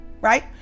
right